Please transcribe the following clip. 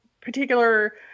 particular